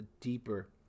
deeper